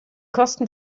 kosten